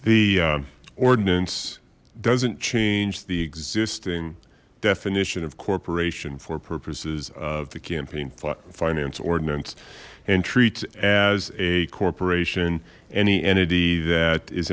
the ordinance doesn't change the existing definition of corporation for purposes of the campaign finance ordinance and treats as a corporation any entity that is